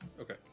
Okay